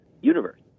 universe